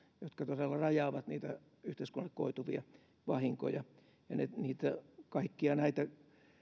jotka rajaavat niitä yhteiskunnalle koituvia vahinkoja kaikkia näitä